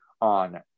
on